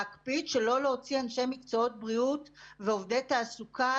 להקפיד שלא להוציא אנשי מקצועות בריאות ועובדי תעסוקה